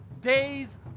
days